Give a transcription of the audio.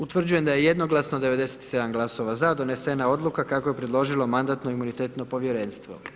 Utvrđujem da je jednoglasno 97 glasova za donesena Odluka kako je predložilo Mandatno-imunitetno povjerenstvo.